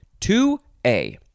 2A